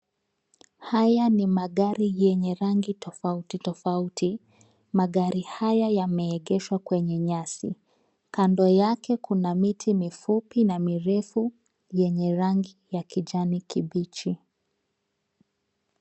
Haya ni magari yenye rangi tofauti tofauti. Magari haya yameegeshwa kwenye nyasi. Kando yake kuna miti mifupi na mirefu yenye rangi ya kijani kibichi.